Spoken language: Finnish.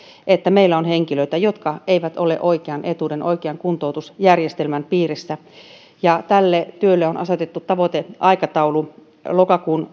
että meillä on henkilöitä jotka eivät ole oikean etuuden oikean kuntoutusjärjestelmän piirissä tälle työlle on asetettu tavoiteaikatauluksi lokakuun